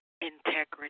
integrity